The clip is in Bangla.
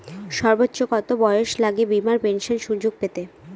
সর্বোচ্চ কত বয়স লাগে বীমার পেনশন সুযোগ পেতে?